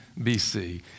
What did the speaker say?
BC